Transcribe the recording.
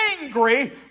angry